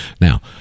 Now